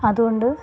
അതുകൊണ്ട്